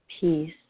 peace